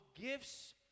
gifts